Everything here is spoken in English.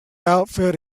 outfit